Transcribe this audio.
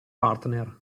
partner